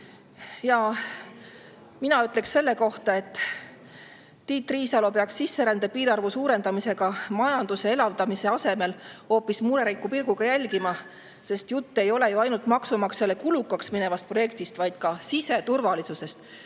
Mina ütleksin selle kohta, et Tiit Riisalo peaks sisserände piirarvu suurendamist majanduse elavdamise asemel hoopis mureliku pilguga jälgima, sest jutt ei ole ju ainult maksumaksjale kulukaks minevast projektist, vaid ka siseturvalisusest.